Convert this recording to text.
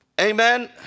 amen